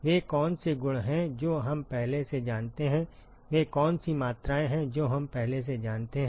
वे कौन से गुण हैं जो हम पहले से जानते हैं वे कौन सी मात्राएँ हैं जो हम पहले से जानते हैं